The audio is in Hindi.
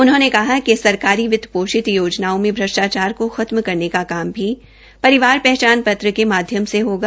उन्होंने कहा कि सरकारी वितपोषित योजनाओं में श्रष्टाचार को खत्म करने का काम भी परिवार पहचान पत्र के माध्यम से होगा